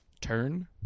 Turn